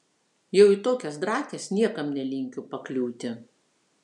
jau į tokias drakes niekam nelinkiu pakliūti